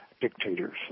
dictators